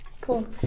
Cool